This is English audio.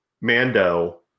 Mando